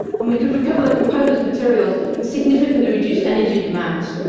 and we could recover the component materials and significantly reduce energy demand.